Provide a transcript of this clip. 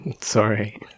Sorry